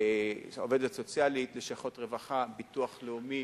יש עובדת סוציאלית, לשכות רווחה, ביטוח לאומי,